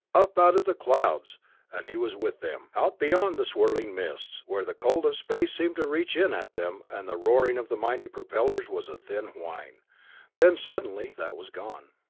up out of the clouds and he was with them. out beyond the swirling mists, where the cold of space seemed to reach in at them, and the roaring of the mighty propellers was a thin whine then suddenly that was gone,